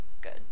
good